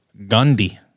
Gundy